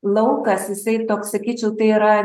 laukas jisai toks sakyčiau tai yra